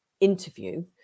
interview